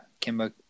Kimba